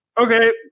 okay